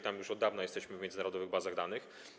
Tam już od dawna jesteśmy w międzynarodowych bazach danych.